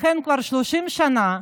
לכן כבר 30 שנה,